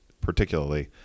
particularly